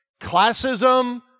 classism